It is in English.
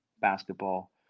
basketball